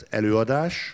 előadás